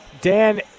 Dan